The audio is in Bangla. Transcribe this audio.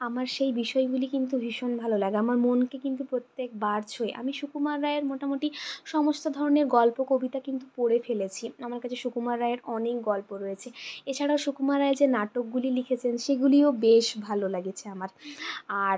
আমার সেই বিষয়গুলি কিন্তু ভীষণ ভালো লাগে আমার মনকে কিন্তু প্রত্যেকবার ছোঁয় আমি সুকুমার রায়ের মোটামুটি সমস্ত ধরনের গল্প কবিতা কিন্তু পড়ে ফেলেছি আমার কাছে সুকুমার রায়ের অনেক গল্প রয়েছে এছাড়াও সুকুমার রায় যে নাটকগুলি লিখেছেন সেগুলিও বেশ ভালো লেগেছে আমার আর